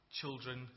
children